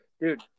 Dude